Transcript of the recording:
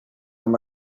amb